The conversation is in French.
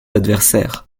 adversaires